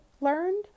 learned